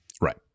Right